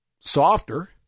softer